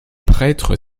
prêtres